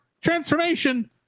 transformation